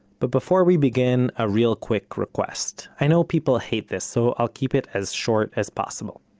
but before we begin, a real quick request. i know people hate this, so i'll keep it as short as possible.